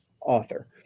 author